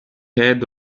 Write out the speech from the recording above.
had